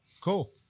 Cool